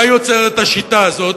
מה יוצרת השיטה הזאת,